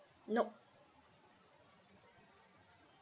nope